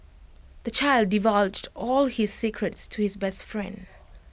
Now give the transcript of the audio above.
the child divulged all his secrets to his best friend